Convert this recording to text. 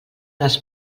les